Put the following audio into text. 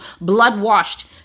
blood-washed